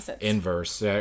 inverse